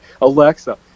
Alexa